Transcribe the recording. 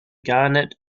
garnet